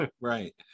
Right